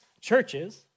Churches